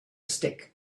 stick